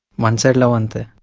one side love. and